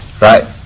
Right